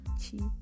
cheap